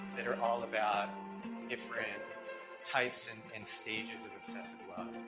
that are all about different types and and stages of obsessive